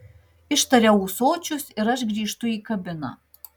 ištaria ūsočius ir aš grįžtu į kabiną